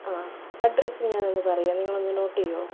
ആ അഡ്രസ്സ് ഞാനൊന്ന് പറയാം നിങ്ങളൊന്ന് നോട്ട് ചെയ്യുമോ